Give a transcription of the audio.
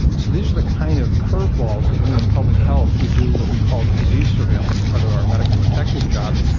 so these are the kind of curveballs that we in public health who do what we call disease surveillance, part of our medical detective jobs,